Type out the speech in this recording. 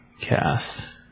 cast